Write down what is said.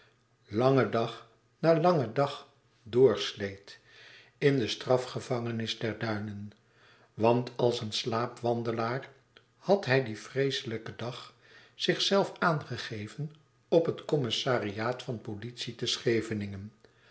langen dag na langen dag doorsleet in de strafgevangenis der duinen want als een slaapwandelaar had hij dien vreeselijken dag zichzelven aangegeven op het commissariaat van politie te scheveningen